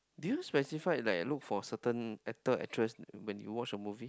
do you specify like look for certain actor actress when you watch a movie